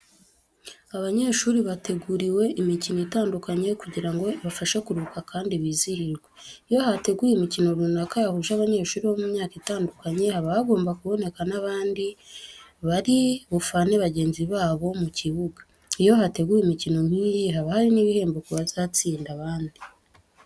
Abanyeshuri bategurirwa imikino itandukanye kugira ngo ibafashe kuruhuka kandi bizihirwe. Iyo hateguwe imikino runaka yahuje abanyeshuri bo mu myaka itandukanye, haba hagomba kuboneka n'abandi bari bufane bagenzi babo bari mu kibuga. Iyo hateguwe imikino nk'iyi haba hari n'ibihembo ku bazatsinda abandi.